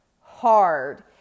hard